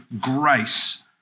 grace